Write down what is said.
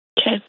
Okay